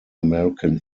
american